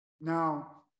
Now